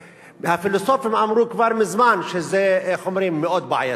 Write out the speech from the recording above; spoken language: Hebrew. והפילוסופים אמרו כבר מזמן שזה מאוד בעייתי.